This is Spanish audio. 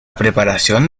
preparación